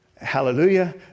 Hallelujah